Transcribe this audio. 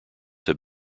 have